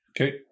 okay